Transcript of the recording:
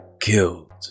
killed